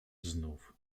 znów